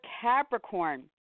Capricorn